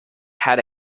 had